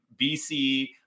BC